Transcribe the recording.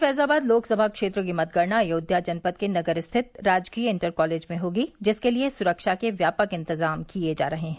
फैजाबाद लोकसभा क्षेत्र की मतगणना अयोध्या जनपद के नगर स्थित राजकीय इंटर कालेज में होगी जिसके लिए सुरक्षा के व्यापक इंतजाम किये जा रहे हैं